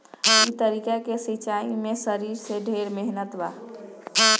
ई तरीका के सिंचाई में शरीर के ढेर मेहनत बा